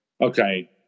okay